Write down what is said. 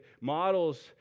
models